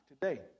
today